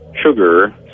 sugar